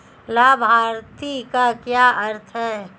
लाभार्थी का क्या अर्थ है?